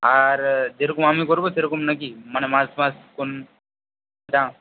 আর যেরকম আমি করবো সেরকম না কি মানে মাস মাস কোন